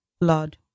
blood